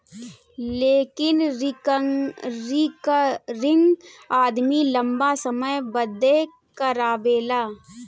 लेकिन रिकरिंग आदमी लंबा समय बदे करावेला